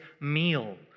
meal